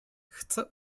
chce